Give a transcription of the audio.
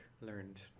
learned